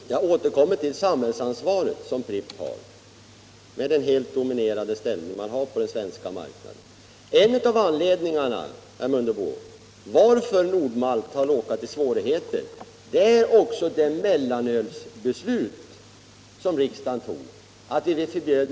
Herr talman! Jag återkommer till frågan om det samhällsansvar som Pripps har genom sin helt dominerande ställning på den svenska marknaden. En av anledningarna till att Nord-Malt har råkat i svårigheter är det beslut om förbud mot mellanölet som riksdagen antagit.